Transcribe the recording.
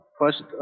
first